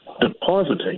depositing